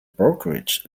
brokerage